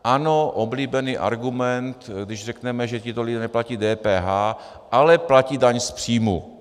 Ano, oblíbený argument, když řekneme, že tito lidé neplatí DPH, ale platí daň z příjmu.